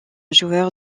joueur